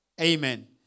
Amen